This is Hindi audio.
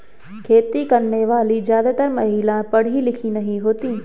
खेती करने वाली ज्यादातर महिला पढ़ी लिखी नहीं होती